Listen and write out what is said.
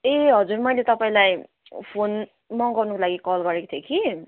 ए हजुर मैले तपाईँलाई फोन मगाउनको लागि कल गरेको थिएँ कि